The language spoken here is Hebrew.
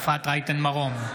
מרום,